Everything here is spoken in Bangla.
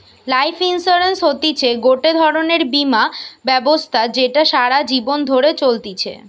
লাইফ ইন্সুরেন্স হতিছে গটে ধরণের বীমা ব্যবস্থা যেটা সারা জীবন ধরে চলতিছে